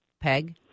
Peg